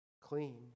clean